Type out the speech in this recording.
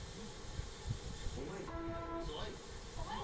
साहब हमरा के लोन लेवे के बा